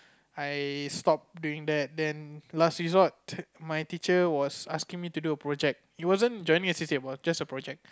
I stopped doing that then last resort my teacher was asking me to do a project it wasn't joining a C_C_A it was just a project